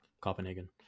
Copenhagen